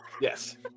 Yes